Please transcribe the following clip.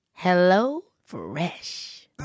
HelloFresh